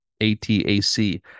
A-T-A-C